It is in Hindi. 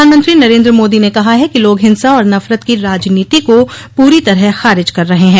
प्रधानमंत्री नरेन्द्र मोदी ने कहा है कि लोग हिंसा और नफरत की राजनीति को पूरी तरह खारिज कर रहे हैं